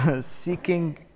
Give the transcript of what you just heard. seeking